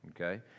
Okay